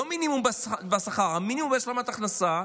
לא מינימום בשכר, מינימום בהשלמת הכנסה,